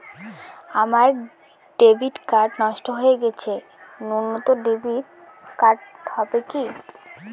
আমার debit card নষ্ট হয়ে গেছে নূতন ডেবিট কার্ড হবে কি?